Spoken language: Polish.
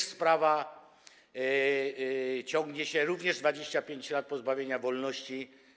Ta sprawa również ciągnie się, również 25 lat pozbawienia wolności.